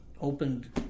opened